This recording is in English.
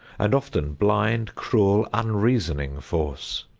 and often blind, cruel, unreasoning force.